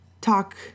talk